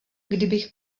kdybych